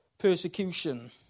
Persecution